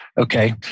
okay